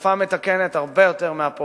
העדפה מתקנת הרבה יותר מהפרופורציה,